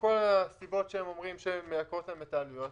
כל הסיבות שהם אומרים שמייקרות להם את העלויות,